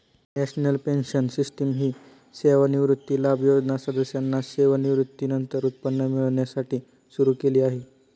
national pension system ही सेवानिवृत्ती लाभ योजना सदस्यांना सेवानिवृत्तीनंतर उत्पन्न मिळण्यासाठी सुरू केली आहे